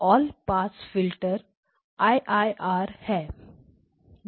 all pass filter I I R IIR है